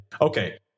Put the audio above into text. okay